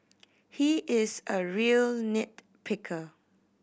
he is a real nit picker